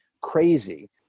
crazy